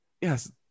Yes